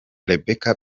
rebecca